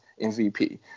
MVP